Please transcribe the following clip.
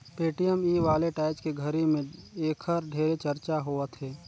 Paytm e wallet आयज के घरी मे ऐखर ढेरे चरचा होवथे